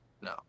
No